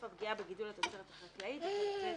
הפגיעה בגידול התוצרת החקלאית (בפרק זה,